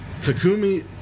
Takumi